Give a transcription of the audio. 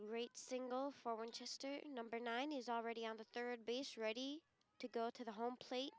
rate single for winchester number nine is already on the third base ready to go to the home plate